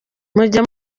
mujya